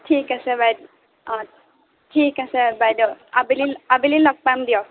ঠিক আছে বাইদ অঁ ঠিক আছে বাইদেউ আবেলি আবেলি লগ পাম দিয়ক